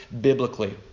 biblically